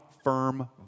firm